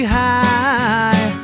high